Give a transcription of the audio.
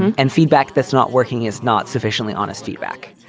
and feedback that's not working is not sufficiently honest feedback.